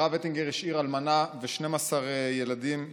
הרב אטינגר השאיר אלמנה ו-12 ילדים יתומים,